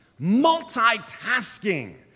multitasking